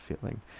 feeling